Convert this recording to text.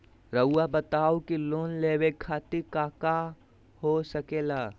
रउआ बताई की लोन लेवे खातिर काका हो सके ला?